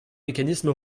mécanisme